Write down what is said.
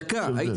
יש הבדל.